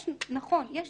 נכון, יש